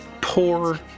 poor